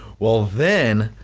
well then,